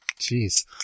Jeez